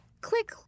click